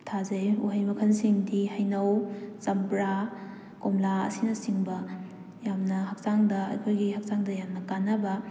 ꯊꯥꯖꯩ ꯎꯍꯩ ꯃꯈꯜꯁꯤꯡꯗꯤ ꯍꯩꯅꯧ ꯆꯝꯄ꯭ꯔꯥ ꯀꯣꯝꯂꯥ ꯑꯁꯤꯅꯆꯤꯡꯕ ꯌꯥꯝꯅ ꯍꯛꯆꯥꯡꯗ ꯑꯩꯈꯣꯏꯒꯤ ꯍꯛꯆꯥꯡꯗ ꯌꯥꯝꯅ ꯀꯥꯅꯕ